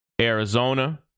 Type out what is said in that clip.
Arizona